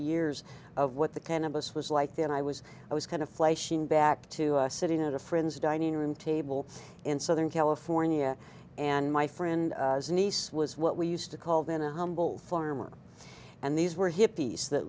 years of what the cannabis was like then i was i was kind of flashing back to sitting at a friend's dining room table in southern california and my friend niece was what we used to call then a humble farmer and these were hippies th